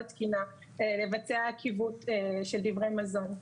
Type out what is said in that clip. התקינה לבצע עקיבות של דברי מזון,